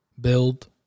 build